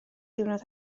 diwrnod